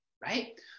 right